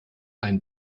ein